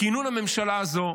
בכינון הממשלה הזאת,